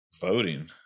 voting